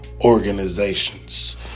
organizations